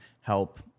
help